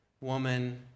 woman